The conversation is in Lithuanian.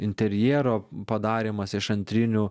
interjero padarymas iš antrinių